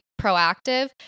proactive